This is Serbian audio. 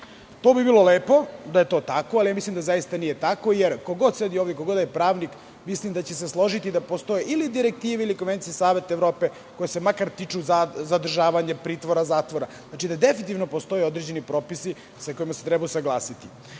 To bi bilo lepo da je to tako, ali mislim da nije tako, jer ko god da sedi ovde, ko god da je pravnik, mislim da će se složiti da postoje ili direktive ili konvencije Saveta Evrope koje se tiču zadržavanja u pritvoru, zatvora. Definitivno postoje određeni propisi sa kojima se treba usaglasiti. Ne